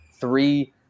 three